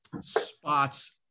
spots